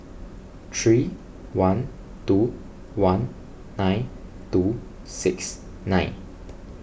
three one two one nine two six nine